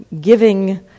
giving